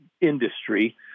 industry